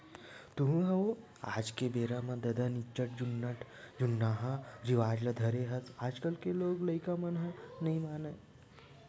तँहू ह ओ आज के बेरा म ददा निच्चट जुन्नाहा रिवाज ल धरे हस आजकल के लोग लइका मन ह नइ मानय